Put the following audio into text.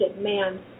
man